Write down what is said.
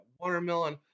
watermelon